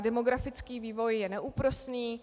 Demografický vývoj je neúprosný.